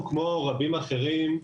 אנחנו כמו רבים אחרים,